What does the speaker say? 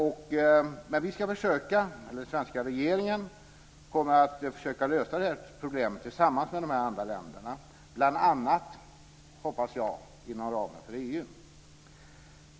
Men den svenska regeringen kommer att försöka lösa det här problemet tillsammans med de andra länderna bl.a., hoppas jag, inom ramen för EU.